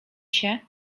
się